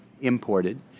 imported